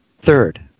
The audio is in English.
Third